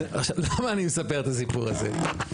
עכשיו, למה אני מספר את הסיפור הזה?